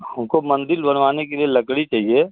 हमको मंदिर बनवाने के लिए लकड़ी चाहिए